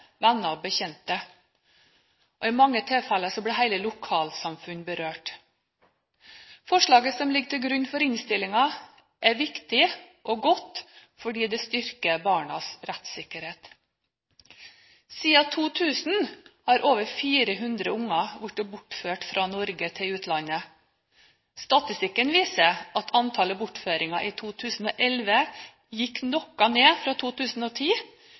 og bekjente. I mange tilfeller blir hele lokalsamfunn berørt. Forslaget som ligger til grunn for innstillingen, er viktig og godt, fordi det styrker barnas rettssikkerhet. Siden 2000 har over 400 barn blitt bortført fra Norge til utlandet. Statistikken viser at antallet bortføringer i 2011 gikk noe ned fra 2010,